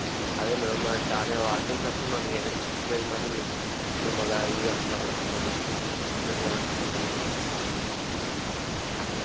అదే మేడం మరి starting admission అప్పుడు మాకు ఏమి చెప్పలేదు మరి ఇప్పుడు మళ్ళీ అవి ఇవి అంటున్నారు అంటున్నారు కట్టండి అంటున్నారు